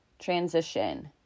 transition